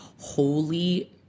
Holy